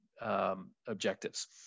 objectives